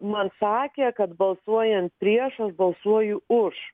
man sakė kad balsuojant prieš aš balsuoju už